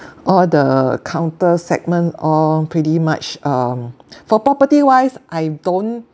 all the counter segment all pretty much um for property wise I don't